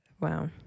Wow